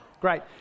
Great